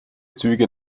züge